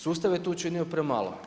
Sustav je tu činio premalo.